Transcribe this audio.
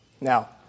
Now